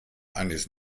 eines